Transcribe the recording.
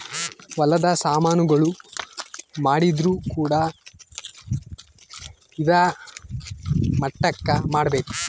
ಹೊಲದ ಸಾಮನ್ ಗಳು ಮಾಡಿದ್ರು ಕೂಡ ಇದಾ ಮಟ್ಟಕ್ ಮಾಡ್ಬೇಕು